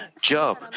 Job